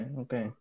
okay